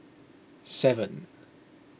seven